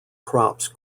crops